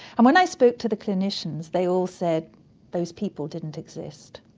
and when i spoke to the clinicians they all said those people didn't exist.